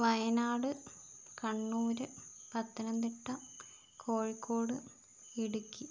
Wayanad Kannur Pathanamthitta Kozhikode Idukki